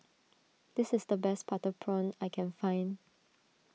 this is the best Butter Prawn I can find